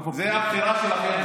זו הבחירה שלכם,